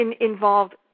involved